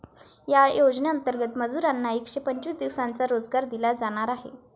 या योजनेंतर्गत मजुरांना एकशे पंचवीस दिवसांचा रोजगार दिला जाणार आहे